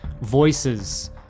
voices